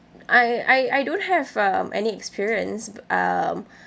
I I I don't have um any experience um